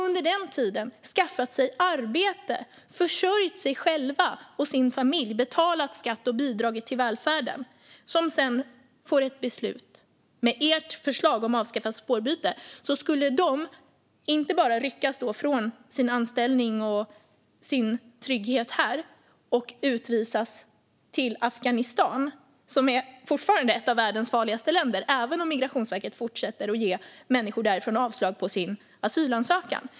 Under den tiden har de skaffat sig arbete och försörjt sig själva och sina familjer, betalat skatt och bidragit till välfärden. Med ert förslag om avskaffat spårbyte, Magnus Resare, skulle dessa människor ryckas från sina anställningar och sin trygghet här och utvisas till Afghanistan - som fortfarande är ett av världens farligaste länder, även om Migrationsverket fortsätter att ge människor därifrån avslag på asylansökan.